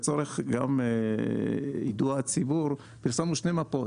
גם לצורך יידוע הציבור שתי מפות: